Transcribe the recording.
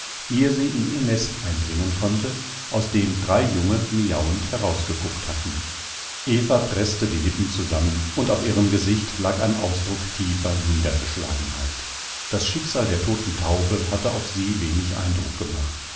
ehe sie in ihr nest eindringen konnte aus dem drei junge miauend herausgeguckt hatten eva preßte die lippen zusammen und auf ihrem gesicht lag ein ausdruck tiefer niedergeschlagenheit das schicksal der toten taube hatte auf sie wenig eindruck gemacht